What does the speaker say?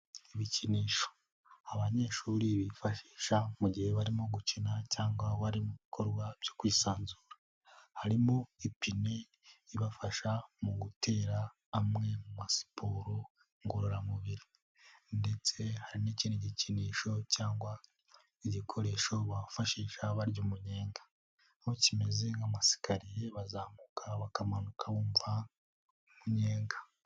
Ibikinisho abanyeshuri bifashisha mu gihe barimo gukina cyangwa bari mu bikorwa byo kwisanzura, harimo ipine ibafasha mu gutera amwe mu masiporo ngorora mubiri ndetse hari n'ikindi gikinisho cyangwa igikoresho bafashisha barya umunyenga, aho kimeze nk'amasakariye bazamuka bakamanuka bumva umunyenga.